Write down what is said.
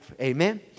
Amen